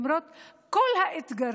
למרות כל האתגרים.